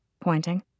pointing